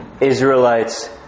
Israelites